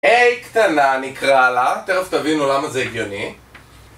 איי קטנה נקרא לה, תכף תבינו למה זה הגיוני